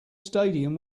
stadium